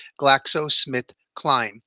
GlaxoSmithKline